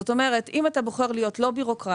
זאת אומרת, אם אתה בוחר להיות לא בירוקרט